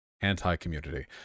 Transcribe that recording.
anti-community